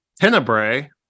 Tenebrae